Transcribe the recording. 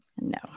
No